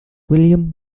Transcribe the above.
william